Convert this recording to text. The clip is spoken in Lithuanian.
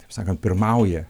taip sakant pirmauja